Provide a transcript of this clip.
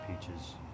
peaches